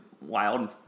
wild